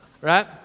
right